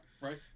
Right